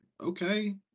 Okay